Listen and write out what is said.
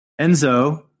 Enzo